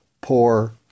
poor